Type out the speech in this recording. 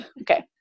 okay